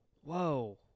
Whoa